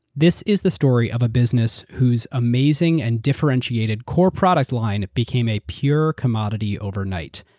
this is the story of a business who's amazing and differentiated core product line became a pure commodity overnight.